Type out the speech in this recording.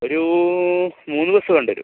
ഒരൂ മൂന്ന് ബസ് വേണ്ട വരും